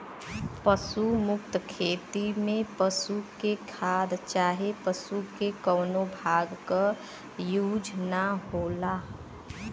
पशु मुक्त खेती में पशु के खाद चाहे पशु के कउनो भाग क यूज ना होला